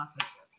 officer